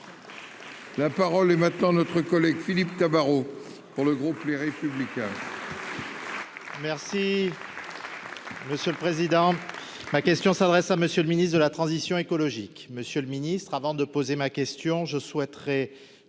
La parole est maintenant notre collègue Philippe Tabarot pour le groupe Les Républicains.